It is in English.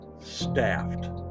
staffed